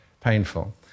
painful